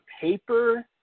paper